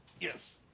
Yes